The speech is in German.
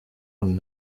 und